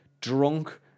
drunk